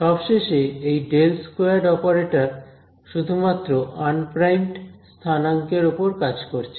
সবশেষে এই del squared operator শুধুমাত্র আনপ্রাইমড স্থানাঙ্ক এর ওপর কাজ করছে